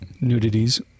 nudities